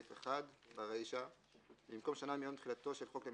התשע"ט-2018 תיקון סעיף 1 1. בחוק למניעת